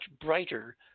brighter